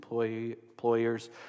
employers